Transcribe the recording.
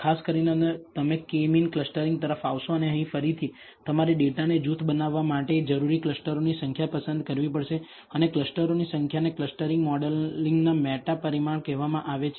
ખાસ કરીને તમે K મીન ક્લસ્ટરીંગ તરફ આવશો અને અહીં ફરીથી તમારે ડેટાને જૂથ બનાવવા માટે જરૂરી ક્લસ્ટરોની સંખ્યા પસંદ કરવી પડશે અને ક્લસ્ટરોની સંખ્યાને ક્લસ્ટરીંગ મોડેલિંગના મેટા પરિમાણ કહેવામાં આવે છે